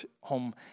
home